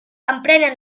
empren